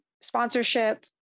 sponsorship